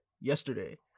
yesterday